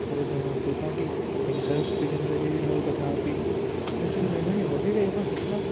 ગોવર્ધનરામ ત્રિપાઠી કે જેણે સરસ્વતીચંદ્ર જેવી નવલકથા આપી ઝવેરચંદ મેઘાણી વગેરે એવા કેટલા